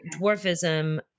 dwarfism